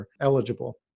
eligible